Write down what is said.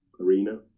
arena